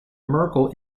merkel